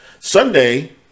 Sunday